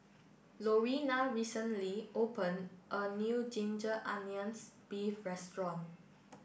Lorena recently opened a new Ginger Onions Beef Restaurant